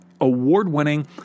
award-winning